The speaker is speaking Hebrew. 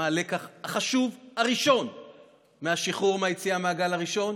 מה הלקח החשוב הראשון מהשחרור מהיציאה מהגל הראשון?